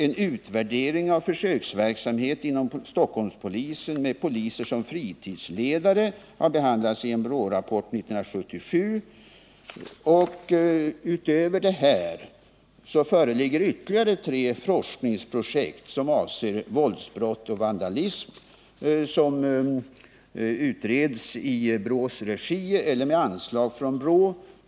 En utvärdering av försöksverksamhet inom Stockholmspolisen med poliser som fritidsledare har behandlats i en BRÅ-rapport 1977. Utöver detta föreligger ytterligare tre forskningsprojekt avseende våldsbrott och vandalism som utreds i BRÅ:s regi eller med anslag från BRÅ.